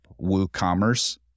WooCommerce